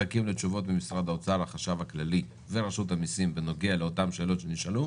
לקבל תשובות ממשרד האוצר והחשב הכללי בנוגע לאותן שאלות שנשאלו,